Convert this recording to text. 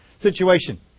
situation